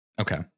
Okay